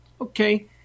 Okay